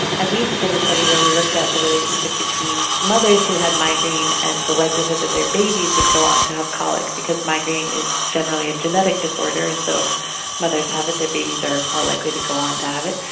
and we did a study where we looked at the relationship between mothers who had migraine and the likelihood that their babies would go on to have colic, because migraine is generally a genetic disorder, and so if mothers have it their babies are more likely to go on to have it.